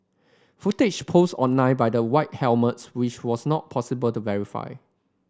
footage post online by the White Helmets which was not possible to verify